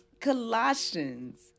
Colossians